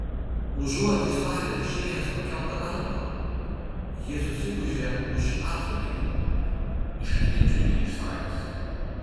užuot iš salės išėjęs pakelta galva jis susigūžia už apsaugininkų išlydinčių jį iš salės